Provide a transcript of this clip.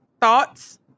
thoughts